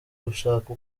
gushaka